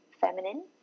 feminine